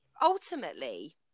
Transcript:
Ultimately